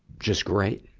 just great.